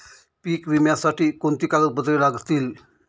पीक विम्यासाठी कोणती कागदपत्रे लागतील?